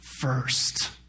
first